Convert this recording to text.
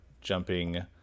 jumping